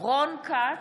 רון כץ,